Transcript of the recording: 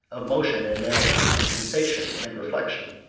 of motion and matter, of sensation and reflection?